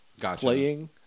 playing